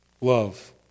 love